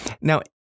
Now